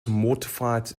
mortified